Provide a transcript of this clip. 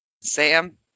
Sam